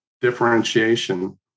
differentiation